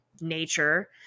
nature